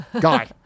guy